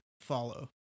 follow